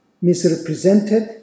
misrepresented